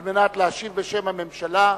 על מנת להשיב בשם הממשלה.